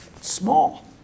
small